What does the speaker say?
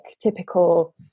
typical